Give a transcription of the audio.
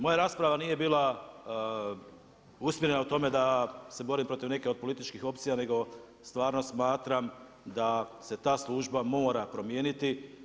Moja rasprava nije bila usmjerena na tome da se borim protiv nekih političkih opcija, nego stvarno smatram da se ta služba mora promijeniti.